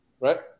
Right